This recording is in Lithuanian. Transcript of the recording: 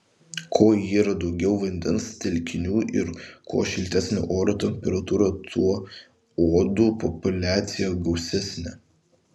kuo yra daugiau vandens telkinių ir kuo šiltesnė oro temperatūra tuo uodų populiacija gausesnė